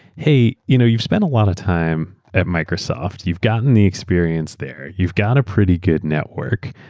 hey, you know you've spent a lot of time at microsoft. you've got and the experience there. you've got a pretty good network.